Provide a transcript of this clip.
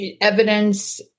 evidence